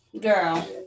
girl